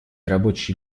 рабочие